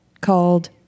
called